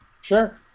Sure